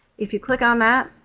if you click on that,